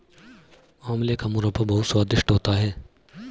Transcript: आंवले का मुरब्बा बहुत स्वादिष्ट होता है